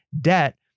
debt